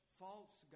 false